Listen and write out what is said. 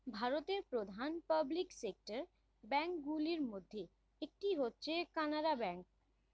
ভারতের প্রধান public sector bank গুলির মধ্যে একটি হচ্ছে কানারা ব্যাঙ্ক